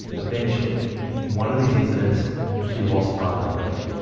eventually in one of these incidents she lost part of her leg.